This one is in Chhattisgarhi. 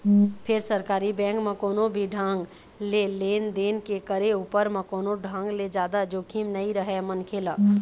फेर सरकारी बेंक म कोनो भी ढंग ले लेन देन के करे उपर म कोनो ढंग ले जादा जोखिम नइ रहय मनखे ल